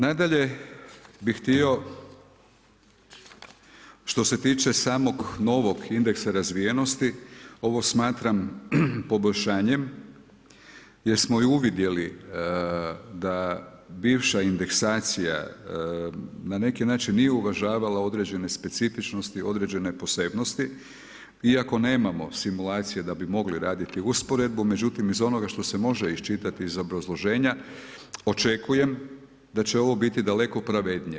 Nadalje bih htio što se tiče samog novog indeksa razvijenosti, ovo smatram poboljšanjem jer smo i uvidjeli da bivša indeksacija na neki način nije uvažavala određene specifičnosti, određene posebnosti iako nemamo simulacije da bi mogli raditi usporedbu, međutim iz onoga što se može iščitati iz obrazloženja očekujem da će ovo biti daleko pravednije.